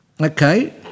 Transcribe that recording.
Okay